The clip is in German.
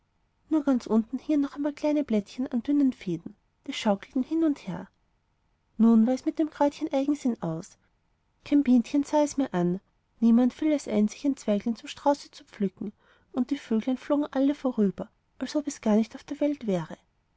nur ganz unten hingen noch ein paar kleine blättchen an dünnen fäden und schaukelten sich hin und her nun war es mit dem kräutchen eigensinn aus kein bienchen sah es mehr an niemand fiel es ein sich ein zweiglein zum strauße zu pflücken und die vöglein flogen alle vorüber als ob es gar nicht auf der welt wäre